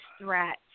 threat